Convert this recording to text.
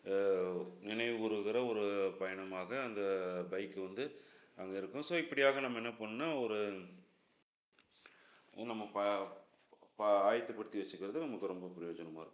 நினைவுக் கூறுவதில் ஒரு பயணமாக அந்த பைக்கு வந்து அங்கே இருக்கும் ஸோ இப்படியாக நம்ம என்னப் பண்ணும்னா ஒரு நம்ம ப ப ஆயத்தப்படுத்தி வச்சுக்கிறது நமக்கு ரொம்ப பிரயோஜனமா இருக்கும்